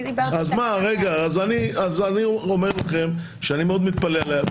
אני מאוד מתפלא.